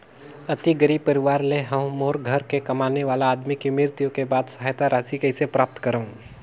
अति गरीब परवार ले हवं मोर घर के कमाने वाला आदमी के मृत्यु के बाद सहायता राशि कइसे प्राप्त करव?